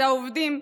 זה העובדים,